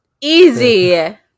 Easy